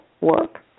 work